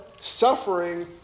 suffering